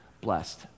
blessed